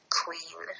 queen